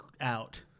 out-